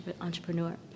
entrepreneur